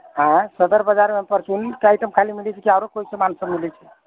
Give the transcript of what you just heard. हँ सदर बाजारमे परचुन हीके आइटम खाली मिलै छै कि आरो कोइ सामानसभ मिलै छै